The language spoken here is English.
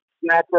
snapper